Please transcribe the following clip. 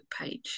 page